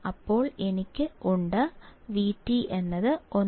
അപ്പോൾ എനിക്ക് ഉണ്ട് VT 1